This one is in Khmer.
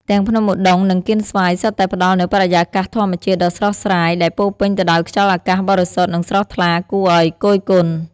ទាំងភ្នំឧដុង្គ និងកៀនស្វាយសុទ្ធតែផ្តល់នូវបរិយាកាសធម្មជាតិដ៏ស្រស់ស្រាយដែលពោរពេញទៅដោយខ្យល់អាកាសបរិសុទ្ធនិងស្រស់ថ្លាគួរឲ្យគយគន់។